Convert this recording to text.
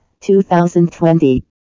2020